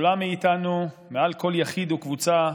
גדולה מאיתנו, מעל כל יחיד וקבוצה,